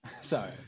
sorry